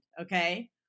okay